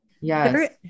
Yes